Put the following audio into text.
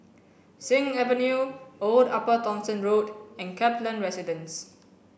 Sing Avenue Old Upper Thomson Road and Kaplan Residence